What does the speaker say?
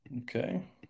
Okay